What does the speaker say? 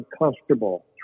uncomfortable